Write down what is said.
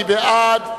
מי בעד?